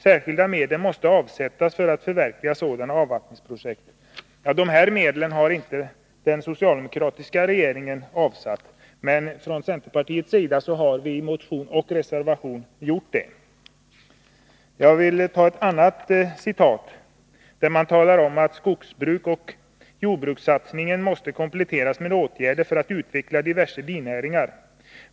Särskilda medel måste avsättas för att förverkliga sådana avvattningsprojekt.” Dessa medel har den socialdemokratiska regeringen inte avsatt, men från centerns sida har vi i motion och reservation föreslagit att det skall göras. Jag vill citera litet mera. Det står bl.a. följande: ”Skogsbruksoch jordbrukssatsningarna måste kompletteras med åtgärder för att utveckla diverse binäringar.